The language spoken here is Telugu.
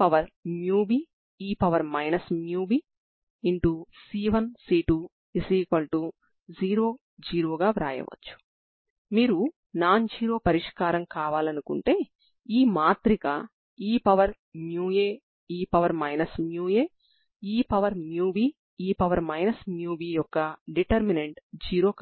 కాబట్టి రెండవ పదం నుండి మీరు t లలో సాధారణ అవకలన సమీకరణం Tt λc2Tt0 ని కలిగి ఉంటారు ఇక్కడ t 0